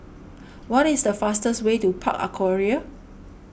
what is the fastest way to Park Aquaria